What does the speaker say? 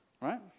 Right